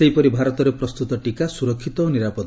ସେହିପରି ଭାରତରେ ପ୍ରସ୍ତତ ଟିକା ସୁରକ୍ଷିତ ଓ ନିରାପଦ